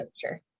Sure